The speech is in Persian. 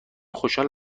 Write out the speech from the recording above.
خوشحال